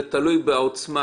זה תלוי בעוצמה.